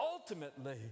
ultimately